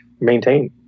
maintain